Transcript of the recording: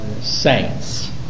saints